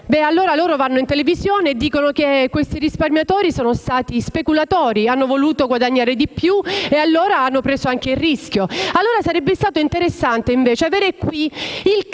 bene? Loro vanno in televisione e dicono che quei risparmiatori si sono comportati da speculatori, hanno voluto guadagnare di più e allora hanno accettato anche il rischio. Sarebbe stato interessante, invece, avere qui il caro